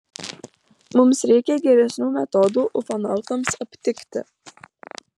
mums reikia geresnių metodų ufonautams aptikti